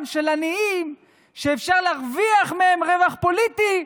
של עניים שאפשר להרוויח מהם רווח פוליטי,